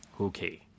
Okay